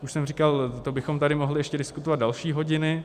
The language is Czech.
Už jsem říkal, to bychom tady mohli ještě diskutovat další hodiny.